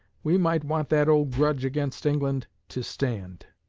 we might want that old grudge against england to stand.